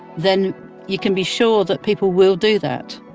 then you can be sure that people will do that.